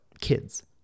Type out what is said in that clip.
kids